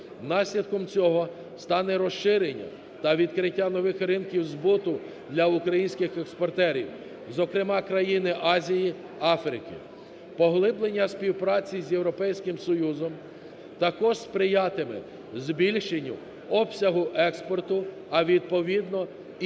Наслідком цього стане розширення та відкриття нових ринків збуту для українських експортерів, зокрема, країни Азії, Африки. Поглиблення співпраці з Європейським Союзом також сприятиме збільшенню обсягу експорту, а відповідно –